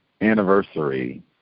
anniversary